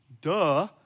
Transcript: duh